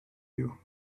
you